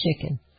chicken